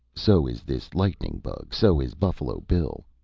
so is this lightning-bug, so is buffalo bill.